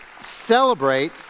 celebrate